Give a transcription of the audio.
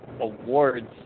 awards